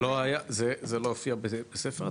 זה לא הופיע בספר התקציב?